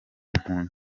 mpunzi